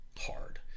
hard